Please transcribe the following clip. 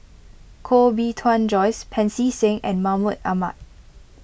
Koh Bee Tuan Joyce Pancy Seng and Mahmud Ahmad